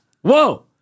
Whoa